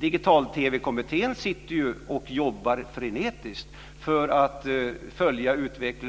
Digital-TV-kommittén jobbar frenetiskt för att